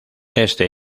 este